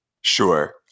Sure